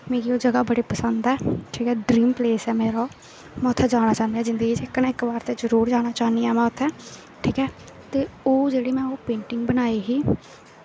मिगी ओह् जगह् बड़ी पसंद ऐ ठीक ऐ ड्रीम पलेस ऐ ओह् मेरा में उत्थै जाना चाह्न्नी आं इक ना इक बार जरूर जाना चाह्न्नी आं उत्थै ठीक ऐ ते ओह् में जेह्ड़ी पेंटिंग बनाई ही